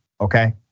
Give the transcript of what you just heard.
Okay